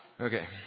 Okay